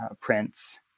prints